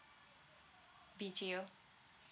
B_T_O